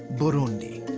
burundi.